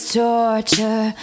torture